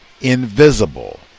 invisible